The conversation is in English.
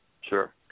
Sure